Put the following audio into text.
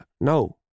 no